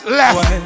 left